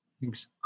Thanks